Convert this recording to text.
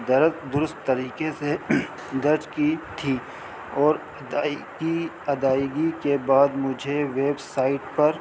درد درست طریقے سے درج کی تھی اور ادائی کی ادائیگی کے بعد مجھے ویب سائٹ پر